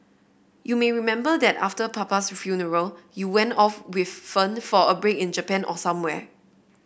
you may remember that after papa's funeral you went off with Fern for a break in Japan or somewhere